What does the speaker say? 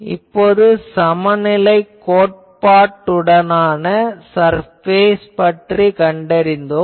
நாம் சமநிலைக் கோட்பாட்டுடனான சர்பேஸ் பற்றி கண்டறிந்தோம்